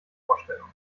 vorstellung